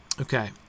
Okay